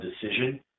decision